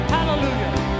Hallelujah